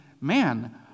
man